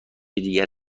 دیگر